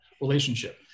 relationship